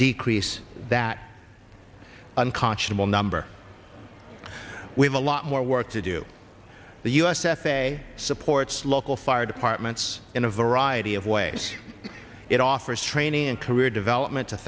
decrease that unconscionable number we have a lot more work to do the u s f a a supports local fire departments in a variety of ways it offers training and career development